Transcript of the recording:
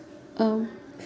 um